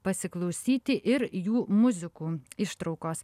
pasiklausyti ir jų muzikų ištraukos